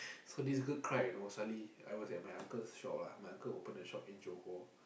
so this girl cried you know suddenly I was at my uncle's shop lah my uncle open a shop in Johor